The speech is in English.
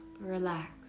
relax